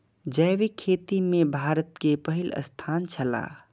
जैविक खेती में भारत के पहिल स्थान छला